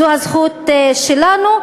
זו הזכות שלנו,